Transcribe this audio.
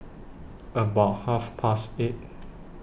about Half Past eight